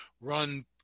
run